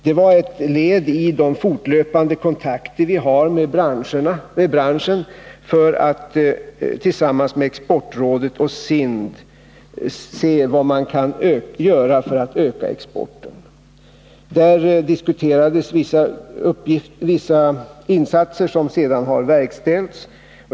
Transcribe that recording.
Detta var ett led i de fortlöpande kontakter som vi har med branschen för att tillsammans med exportrådet och SIND se vad som kan göras för att öka exporten. Där diskuterades vissa insatser som sedan har genomförts.